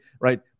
right